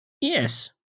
Yes